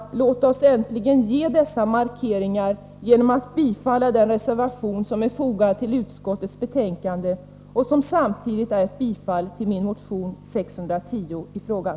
Låt oss äntligen ge dessa markeringar genom att bifalla den reservation som är fogad till utskottets betänkande och som samtidigt är ett bifall till min motion 610 i frågan.